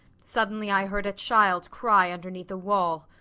suddenly i heard a child cry underneath a wall.